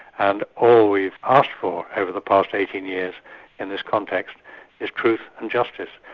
and all we've asked for over the past eighteen years in this context is truth and justice,